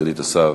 סגנית השר